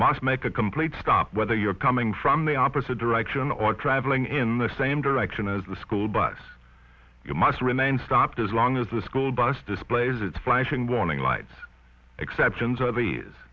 must make a complete stop whether you're coming from the opposite direction or travelling in the same direction as the school bus you must remain stopped as long as the school bus displays its flashing warning lights exceptions are they is